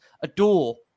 adore